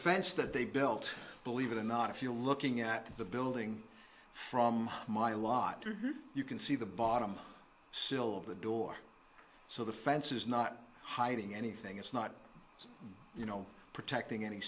fence that they built believe it or not if you're looking at the building from my lot you can see the bottom sill the door so the fence is not hiding anything it's not you know protecting any